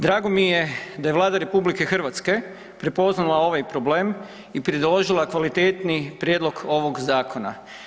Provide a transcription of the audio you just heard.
Dragom mi je da je Vlada RH prepoznala ovaj problem i predložila kvalitetniji prijedlog ovog zakona.